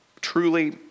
truly